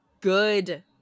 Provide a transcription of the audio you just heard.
good